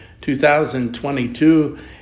2022